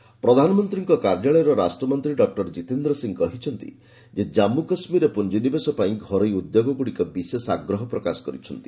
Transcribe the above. ଜୀତେନ୍ଦ୍ର ଜେକେ ପ୍ରଧାନମନ୍ତ୍ରୀଙ୍କ କାର୍ଯ୍ୟାଳୟର ରାଷ୍ଟ୍ରମନ୍ତ୍ରୀ ଡକ୍ଟର ଜୀତେନ୍ଦ୍ର ସିଂହ କହିଛନ୍ତି ଯେ ଜାନ୍ମୁ କାଶ୍ମୀରରେ ପୁଞ୍ଜିନିବେଶ ପାଇଁ ଘରୋଇ ଉଦ୍ୟୋଗଗୁଡ଼ିକ ବିଶେଷ ଆଗ୍ରହ ପ୍ରକାଶ କରିଛନ୍ତି